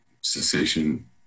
cessation